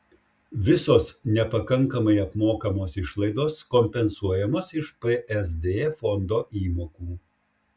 visos nepakankamai apmokamos išlaidos kompensuojamos iš psd fondo įmokų